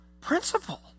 principle